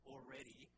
already